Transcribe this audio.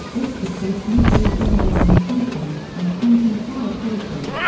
oyster creek nuclear generating station, and clinton power station.